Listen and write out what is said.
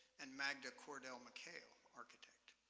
and magda cordell mchale, architect,